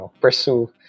pursue